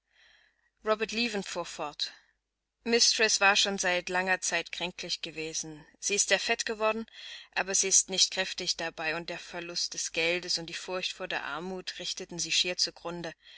robert leaven fuhr fort mistreß war schon seit langer zeit kränklich gewesen sie ist sehr fett geworden aber sie ist nicht kräftig dabei und der verlust des geldes und die furcht vor der armut richteten sie schier zu